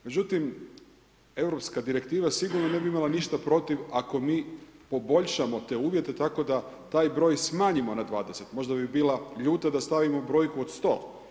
Međutim, europska direktiva sigurno ne bi imala ništa protiv, ako mi poboljšamo te uvijete, tako da taj broj smanjimo na 20, možda bi bila ljuta da stavimo broju od 100.